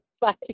Bye